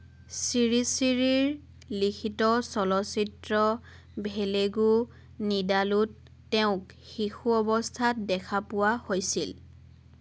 শ্ৰী শ্ৰীৰ লিখিত চলচ্চিত্ৰ ভেলুগু নিদালুত তেওঁক শিশু অৱস্থাত দেখা পোৱা হৈছিল